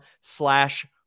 slash